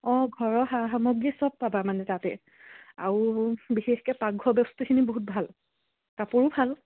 অঁ ঘৰৰ সা সামগ্ৰী চব পাবা মানে তাতে আৰু বিশেষকে পাকঘৰ বস্তুখিনি বহুত ভাল কাপোৰো ভাল